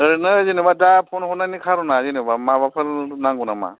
ओरैनो जेनेबा दा फन हरनायनि कार'ना जेनेबा माबाफोर नांगौ नामा